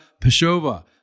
Peshova